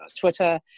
Twitter